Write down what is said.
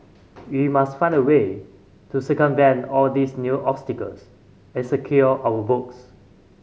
we must find a way to circumvent all these new obstacles and secure our votes